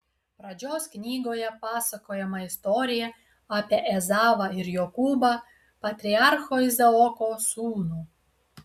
pradžios knygoje pasakojama istorija apie ezavą ir jokūbą patriarcho izaoko sūnų